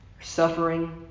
suffering